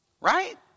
Right